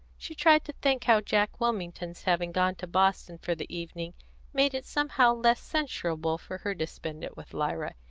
she tried to think how jack wilmington's having gone to boston for the evening made it somehow less censurable for her to spend it with lyra,